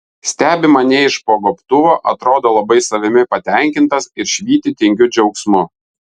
stebi mane iš po gobtuvo atrodo labai savimi patenkintas ir švyti tingiu džiaugsmu